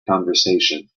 conversation